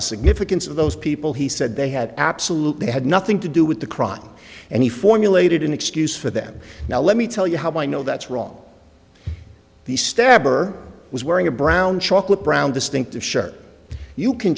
the significance of those people he said they had absolutely had nothing to do with the crime and he formulated an excuse for them now let me tell you how i know that's wrong the stepper was wearing a brown chocolate brown distinctive shirt you can